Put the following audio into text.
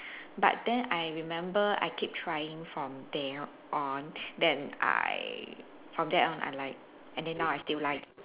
but then I remember I keep trying from then on then I from then on I like and then now I still like